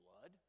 blood